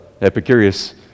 Epicurus